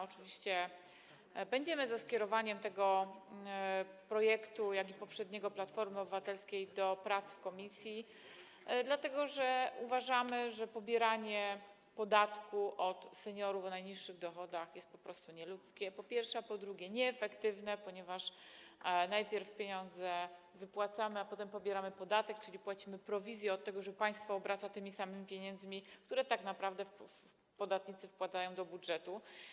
Oczywiście będziemy za skierowaniem tego projektu, jak również poprzedniego - Platformy Obywatelskiej, do prac w komisji, dlatego że uważamy, że pobieranie podatku od seniorów o najniższych dochodach jest, po pierwsze, po prostu nieludzkie, a po drugie, nieefektywne, ponieważ najpierw pieniądze wypłacamy, a potem pobieramy podatek, czyli płacimy prowizję od tego, że państwo obraca tymi samymi pieniędzmi, które tak naprawdę podatnicy wkładają do budżetu.